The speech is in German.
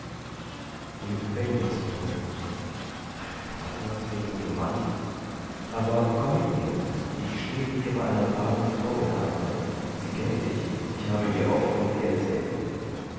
im gefängnis paul dein vater der gute mann aber komm mit mir ich stehe hier bei einer braven frau in arbeit sie kennt dich ich habe ihr oft von dir erzählt